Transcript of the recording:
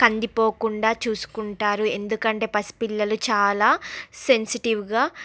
కందిపోకుండా చూసుకుంటారు ఎందుకంటే పసి పిల్లలు చాలా సెన్సిటివ్గా